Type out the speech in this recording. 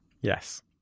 Yes